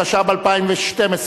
התשע"ב 2012,